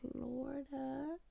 Florida